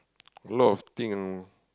a lot of thing you know